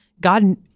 God